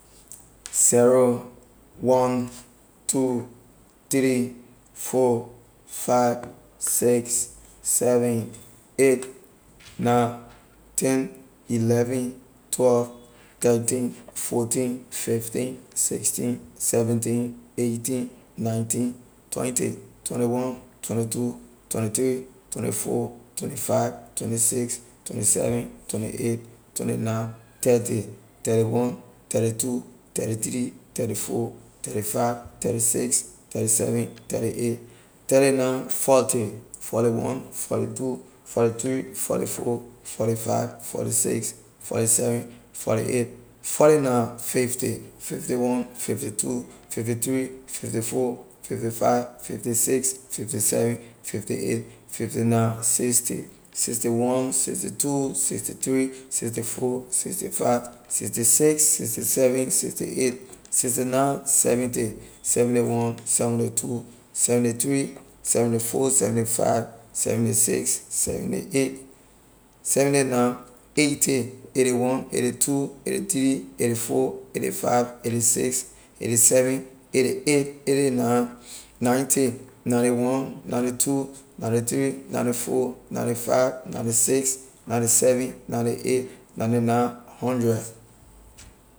Zero, one, two, three, four, five, six, seven, eight, nine, ten, eleven, twelve, thirteen, fourteen, fifteen, sixteen, seventeen, eighteen, nineteen, twenty, twenty-one, twenty-two, twenty-three, twenty-four, twenty-five, twenty-six, twenty-seven, twenty-eight, twenty-nine, thirty, thirty-one, thirty-two, thirty-three, thirty-four, thirty-five, thirty-six, thirty-seven, thirty-eight, thirty-nine, forty, forty-one, forty-two, forty-three, forty-four, forty-five, forty-six forty-seven, forty-eight, forty-nine, fifty, fifty-one, fifty-two, fifty-three, fifty-four, fifty-five, fifty-six, fifty-seven, fifty-eight, fifty-nine, sixty, sixty-one, sixty-two, sixty-three, sixty-four, sixty-five, sixty-six, sixty-seven, sixty-eight, sixty-nine, seventy, seventy-one, seventy-two, seventy-three, seventy-four, seventy-five, seventy-six, seventy-seven, seventy-eight, seventy-nine, eighty, eighty-one, eighty-two, eighty-three eighty-four eighty-five eighty-six eighty-seven eighty-eight eighty-nine, ninety, ninety-one, ninety-two, ninety-three, ninety-four, ninety-five, ninety-six, ninety-seven, ninety-eight, ninety-nine, hundred.